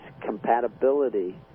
compatibility